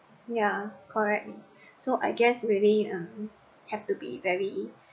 ya correct so I guess really um have to be very